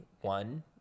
One